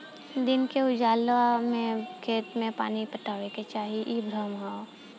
दिन के उजाला में खेत में पानी पटावे के चाही इ भ्रम ह